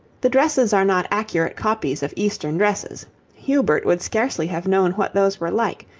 the dresses are not accurate copies of eastern dresses hubert would scarcely have known what those were like,